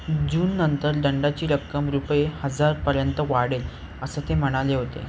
जूननंतर दंडाची रक्कम रुपये हजारपर्यंत वाढेल असं ते म्हणाले होते